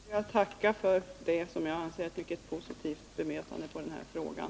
Herr talman! Jag vill tacka för det som jag tycker mycket positiva bemötandet av den här frågan.